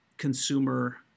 consumer